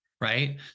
right